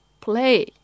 play